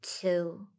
two